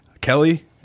Kelly